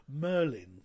Merlin